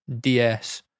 DS